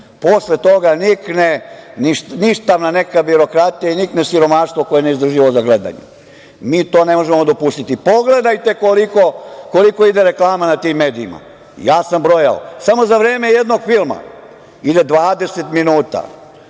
Posle toga nikne ništavna neka birokratija i nikne siromaštvo koje je neizdrživo za gledanje. Mi to ne možemo dopustiti. Pogledajte koliko ide reklama na tim medijima. Ja sam brojao. Samo za jednog filma, ide 20 minuta,